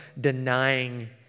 denying